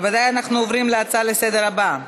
נעבור להצעה לסדר-היום מס'